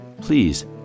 Please